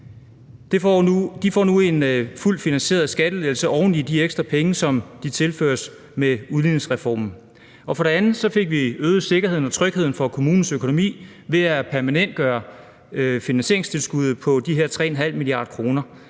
De får nu en fuldt finansieret skattelettelse oven i de ekstra penge, som de tilføres med udligningsreformen. For det andet fik vi øget sikkerheden og trygheden for kommunernes økonomi ved at permanentgøre finansieringstilskuddet på de her 3,5 mia. kr.